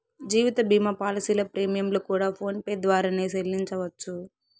జీవిత భీమా పాలసీల ప్రీమియంలు కూడా ఫోన్ పే ద్వారానే సెల్లించవచ్చు